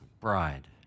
bride